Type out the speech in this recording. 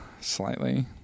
Slightly